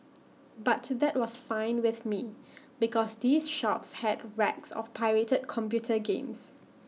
but that was fine with me because these shops had racks of pirated computer games